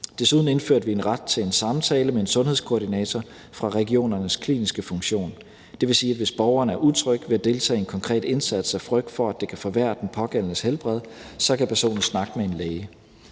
Desuden indførte vi en ret til en samtale med en sundhedskoordinator fra regionernes kliniske funktion. Det vil sige, at hvis borgeren er utryg ved at deltage i en konkret indsats af frygt for, at det kan forværre den pågældendes helbred, så kan personen snakke med en læge.